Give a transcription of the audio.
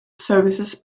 services